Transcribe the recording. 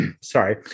sorry